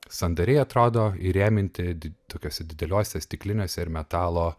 sandariai atrodo įrėminti tokiuose dideliuose stikliniuose ir metalo